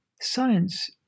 Science